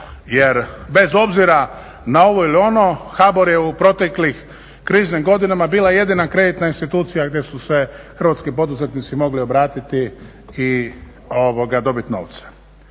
jer bez obzira na ovo ili ono, HBOR je u proteklim kriznim godinama bila jedina kreditna institucija gdje su se hrvatski poduzetnici mogli obratiti i dobiti novce.